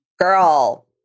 Girl